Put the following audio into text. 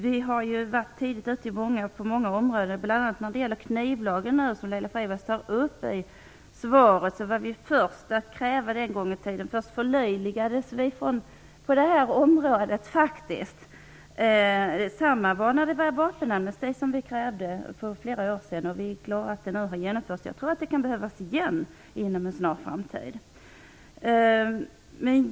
Vi har varit tidigt ute på många områden - bl.a. när det gäller knivlagen som Laila Freivalds tar upp i svaret. Vi var först med att kräva en sådan en gång i tiden. Först förlöjligades vi faktiskt. Detsamma skedde när vi krävde vapenamnesti för flera år sedan. Vi är glada att det nu har genomförts. Jag tror att det kan behövas igen inom en snar framtid.